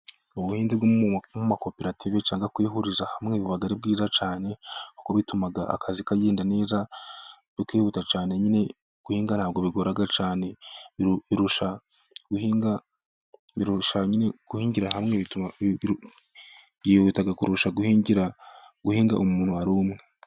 Ubuhinzi bwo mu makoperative cyangwa kwihuriza hamwe buba ari bwiza cyane kuko bituma akazi kagenda neza bukihuta cyane, nyine guhingara bigora cyane birusha guhinga guhingira hamwe byihuta kurusha guhingira guhinga uri mwe.